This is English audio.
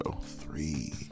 Three